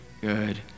good